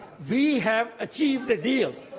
we have achieved a deal.